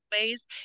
ways